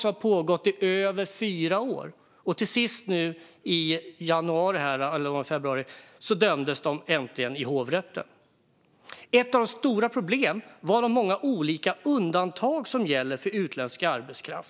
Det pågick i över fyra år, och till sist nu i januari eller februari dömdes de äntligen i hovrätten. Ett av de stora problemen var de många olika undantag som gäller för utländsk arbetskraft.